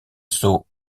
soo